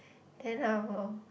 then I will